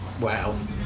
Wow